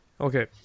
Okay